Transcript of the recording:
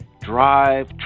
drive